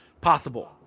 possible